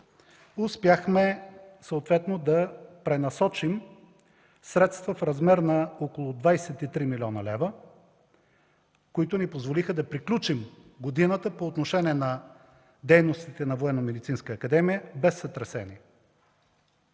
съответно да пренасочим средства в размер на около 23 млн. лв., които ни позволиха да приключим годината по отношение на дейностите на Военномедицинска